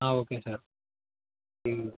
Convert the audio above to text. okay sir